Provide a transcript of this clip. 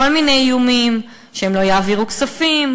כל מיני איומים שהם לא יעבירו כספים,